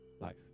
life